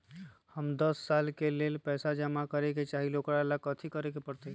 हम दस साल के लेल पैसा जमा करे के चाहईले, ओकरा ला कथि करे के परत?